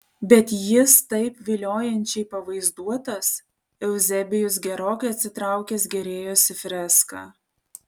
bet jis taip viliojančiai pavaizduotas euzebijus gerokai atsitraukęs gėrėjosi freska